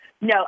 No